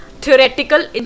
Theoretical